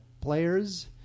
players